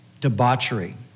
debauchery